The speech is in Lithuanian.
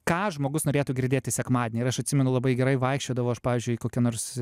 ką žmogus norėtų girdėti sekmadienį ir aš atsimenu labai gerai vaikščiodavau aš pavyzdžiui kokia nors